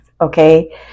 okay